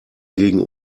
gegen